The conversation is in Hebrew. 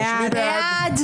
מי נגד?